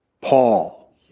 Paul